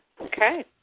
Okay